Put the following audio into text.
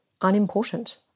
unimportant